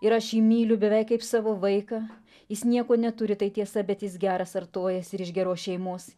ir aš jį myliu beveik kaip savo vaiką jis nieko neturi tai tiesa bet jis geras artojas ir iš geros šeimos